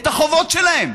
את החובות שלהם.